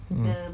mm